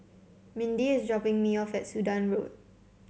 Mindy is dropping me off at Sudan Road